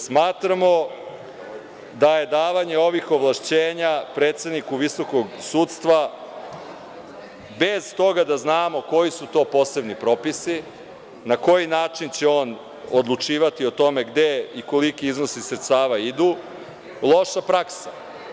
Smatramo da je davanje ovih ovlašćenja predsedniku Visokog saveta sudstva, bez toga da znamo koji su to posebni propisi, na koji način će on odlučivati o tome gde i koliki iznosi sredstava idu, loša praksa.